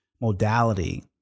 modality